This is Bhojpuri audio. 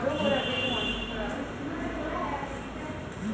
दुकानी में आज सब सामान तीस प्रतिशत के छुट पअ मिलत बाटे